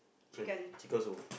crunch chicken also